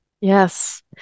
Yes